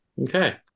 Okay